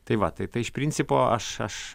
tai va tai tai iš principo aš aš